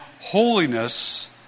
holiness